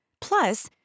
Plus